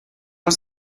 was